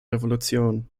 revolutionen